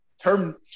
term